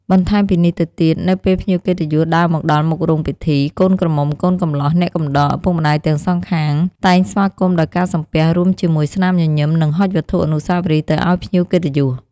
បន្ថែមពីនេះទៅទៀត នៅពេលភ្ញៀវកិត្តិយសដើរមកដល់មុខរោងពិធី កូនក្រមុំកូនកំលោះ អ្នកកំដរ ឪពុកម្តាយទាំងសងខាងតែងស្វាគមន៍ដោយការសំពះរួមជាមួយស្នាមញញឹម និងហុចវត្ថុអនុស្សាវរីយ៍ទៅឲ្យភ្ញៀវកិត្តិយស។